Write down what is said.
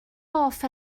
hoff